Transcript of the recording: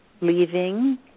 leaving